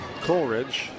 Coleridge